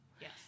Yes